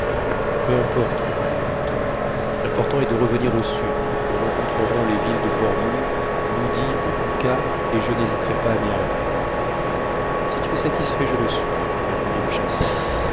peu importe répondit le docteur l'important est de revenir au sud nous rencontrerons les villes de bornou wouddie ou kouka et je n'hésiterai pas à m'y arrêter si tu es satisfait je le suis répondit le chasseur